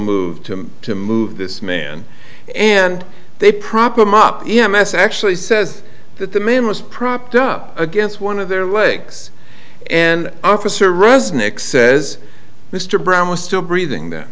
move to to move this man and they propped him up e m s actually says that the man was propped up against one of their legs and officer resnick says mr brown was still breathing th